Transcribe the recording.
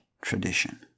tradition